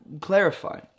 clarify